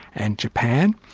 and japan.